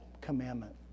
commandment